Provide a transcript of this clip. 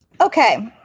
Okay